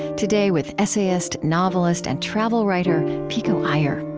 today with essayist, novelist, and travel writer pico iyer